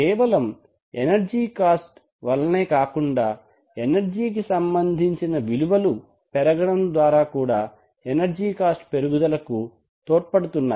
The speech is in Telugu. కేవలం ఎనర్జీ కాస్ట్ వల్లనే కాకుండా ఎనర్జీ కి సంబంధించిన విలువలు పెరగడం కూడా ఎనర్జీ కాస్ట్ పెరుగుదలకు తోడ్పడుతున్నాయి